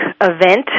event